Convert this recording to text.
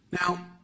now